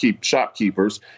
shopkeepers